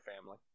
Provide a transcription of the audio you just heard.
family